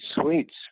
sweets